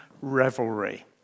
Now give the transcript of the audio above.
revelry